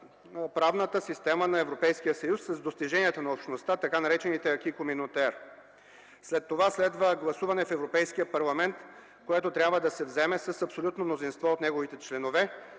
правната система на Европейския съюз, с достиженията на общността, тъй наречените „acquis communautaire”. Следва гласуване в Европейския парламент, което трябва да се вземе с абсолютно мнозинство от неговите членове.